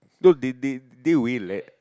no they they they will let